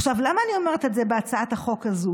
עכשיו, למה אני אומרת את זה בהצעת החוק הזו?